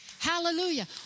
Hallelujah